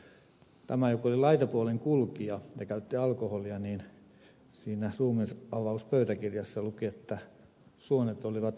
tämän joka oli laitapuolen kulkija ja käytti alkoholia ruumiinavauspöytäkirjassa luki että suonet olivat helakanpunaiset